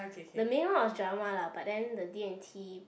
the main one was drama lah but then the D and T